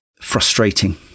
frustrating